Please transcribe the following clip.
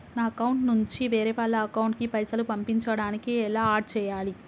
నా అకౌంట్ నుంచి వేరే వాళ్ల అకౌంట్ కి పైసలు పంపించడానికి ఎలా ఆడ్ చేయాలి?